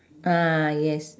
ah yes